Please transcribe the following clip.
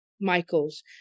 Michaels